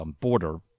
border